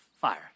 fire